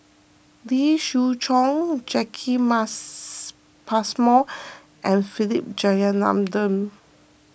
Lee Siew Choh Jacki Passmore and Philip Jeyaretnam